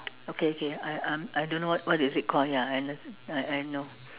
okay K I I'm I don't know what is it called ya I I know